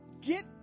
Get